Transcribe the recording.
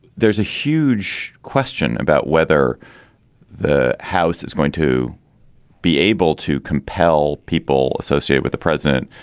there's a huge question about whether the house is going to be able to compel people associate with the president.